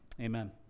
amen